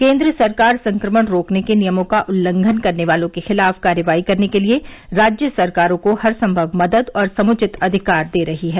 केन्द्र सरकार संक्रमण रोकने के नियमों का उल्लंघन करने वालों के खिलाफ कार्रवाई करने के लिए राज्य सरकारों को हर संमव मदद और समुचित अधिकार दे रही हैं